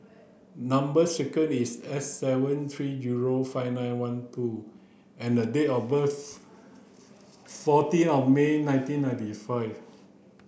number sequence is S seven three zero five nine one two and the date of birth fourteen of May nineteen ninety five